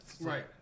Right